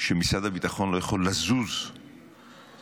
שמשרד הביטחון לא יכול לזוז מתפיסתו.